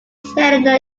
helena